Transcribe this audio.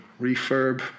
refurb